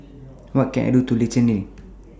What Can I Do in Liechtenstein